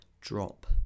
drop